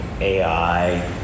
AI